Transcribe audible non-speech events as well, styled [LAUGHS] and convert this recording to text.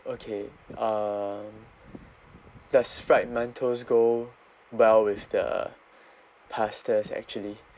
okay uh does fried mantous go well with the pastas actually [LAUGHS]